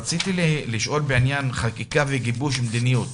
לגבי חקיקה וגיבוש מדיניות